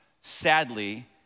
sadly